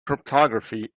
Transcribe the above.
cryptography